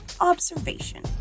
observation